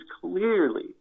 clearly